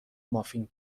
مافین